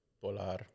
Polar